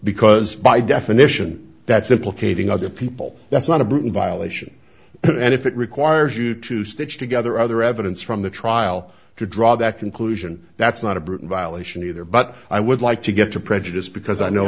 because by definition that's implicating other people that's not a brutal violation and if it requires you to stitch together other evidence from the trial to draw that conclusion that's not a britain violation either but i would like to get to prejudice because i know